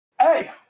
Hey